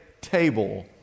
table